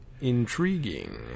Intriguing